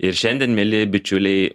ir šiandien mieli bičiuliai